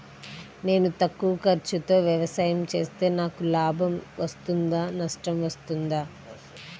నేను తక్కువ ఖర్చుతో వ్యవసాయం చేస్తే నాకు లాభం వస్తుందా నష్టం వస్తుందా?